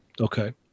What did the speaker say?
Okay